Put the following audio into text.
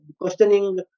questioning